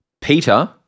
Peter